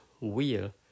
wheel